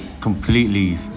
completely